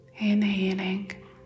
Inhaling